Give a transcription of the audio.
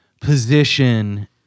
position